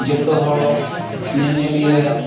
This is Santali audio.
ᱡᱷᱚᱛᱚ ᱦᱚᱲ ᱧᱮᱧᱮᱞᱤᱭᱟᱹ